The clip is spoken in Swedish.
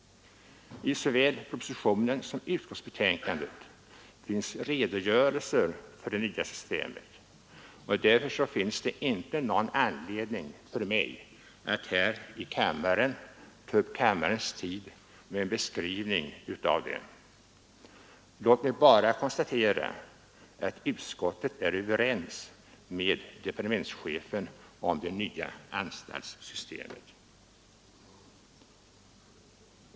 I såväl propositionen som utskottsbetänkandet lämnas redogörelser för det nya systemet och därför finns det ingen anledning för mig att här ta upp kammarens tid med någon beskrivning av det. Låt mig bara konstatera att utskottet är överens med departementschefen om det nya anstaltssystemet.